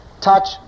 touch